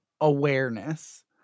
awareness